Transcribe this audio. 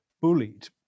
bullied